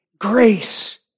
Grace